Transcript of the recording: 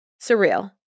surreal